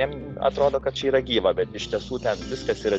jiem atrodo kad čia yra gyva bet iš tiesų ten viskas yra